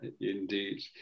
Indeed